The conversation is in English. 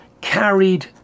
carried